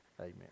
amen